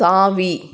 தாவி